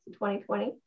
2020